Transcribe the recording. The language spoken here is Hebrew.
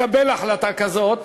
לקבל החלטה כזאת.